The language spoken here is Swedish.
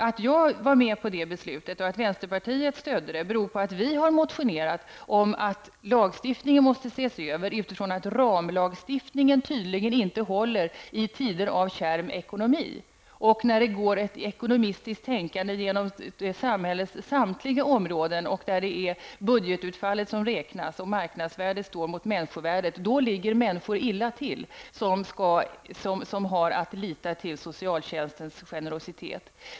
Att jag och vänsterpartiet i övrigt stödde det här förslaget beror på att vi har motionerat om att lagstiftningen måste ses över utifrån att ramlagstiftningen tydligen inte håller i tider av kärv ekonomi. När det går ett ekonomistiskt tänkande genom samhällets samtliga områden och det är budgetutfallet som räknas, när marknadsvärdet står mot människovärdet, ligger de människor illa till som har att lita till socialtjänstens generositet.